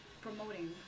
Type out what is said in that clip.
promoting